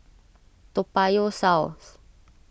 Toa Payoh South